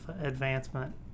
advancement